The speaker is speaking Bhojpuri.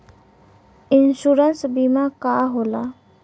इन्शुरन्स बीमा का होला?